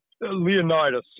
Leonidas